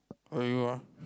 where you are